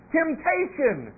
temptation